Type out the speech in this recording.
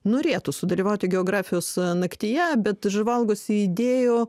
norėtų sudalyvauti geografijos naktyje bet žvalgosi idėjų